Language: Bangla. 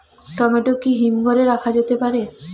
টমেটো কি হিমঘর এ রাখা যেতে পারে?